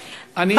אני,